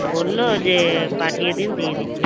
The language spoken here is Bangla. বললো যে পাঠিয়ে দিন দিয়ে দিচ্ছি